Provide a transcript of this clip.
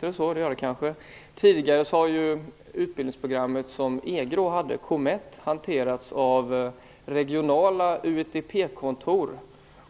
Herr talman! Fru minister! Tidigare har ju det utbildningsprogram EG hade, Comett, hanterats av regionala UETP-kontor.